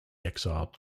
exiled